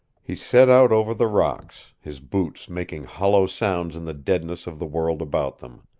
he set out over the rocks, his boots making hollow sounds in the deadness of the world about them.